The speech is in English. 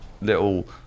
little